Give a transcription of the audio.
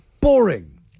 boring